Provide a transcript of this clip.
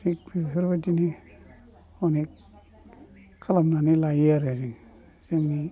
थिख बेफोरबायदिनो अनेख खालामनानै लायो आरो जोङो जोंनि